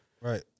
right